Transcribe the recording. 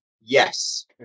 Yes